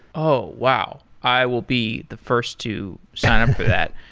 oh, wow! i will be the first to sign up for that.